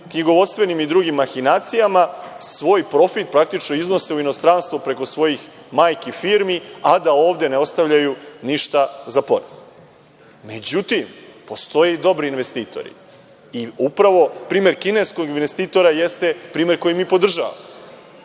knjigovodstvenim i drugim mahinacijama svoj profit praktično iznose u inostranstvo preko svojih majki firmi, a da ovde ne ostavljaju ništa za porez.Međutim, postoje i dobri investitori. Primer kineskog investitora jeste primer koji mi podržavamo.